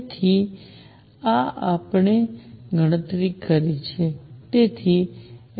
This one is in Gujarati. તેથી આ આપણે ગણતરી કરી છે